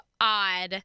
odd